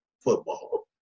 football